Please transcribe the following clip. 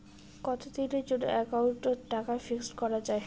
কতদিনের জন্যে একাউন্ট ওত টাকা ফিক্সড করা যায়?